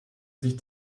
sich